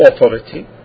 authority